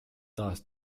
taas